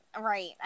right